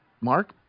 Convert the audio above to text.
Mark